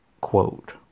quote